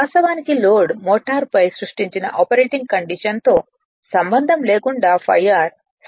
వాస్తవానికి load motor పై సృష్టించిన ఆపరేటింగ్ కండిషన్ తో సంబంధం లేకుండా ∅r స్థిరంగా ఉంటుంది